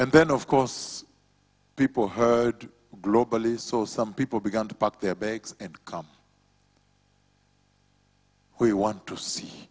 and then of course people heard globally so some people began to pack their bags and come we want to see